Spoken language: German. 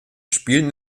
spielten